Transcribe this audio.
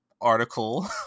article